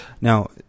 Now